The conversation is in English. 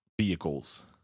vehicles